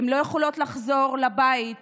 הן לא יכולות לחזור לבית